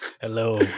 Hello